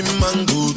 mango